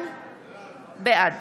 בעד